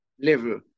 level